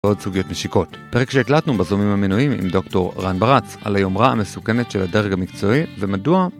ועוד סוגיות משיקות. פרק שהקלטנו בזום עם המינוים עם דוקטור רם ברץ, על היומרה המסוכנת של הדרג המקצועי, ומדוע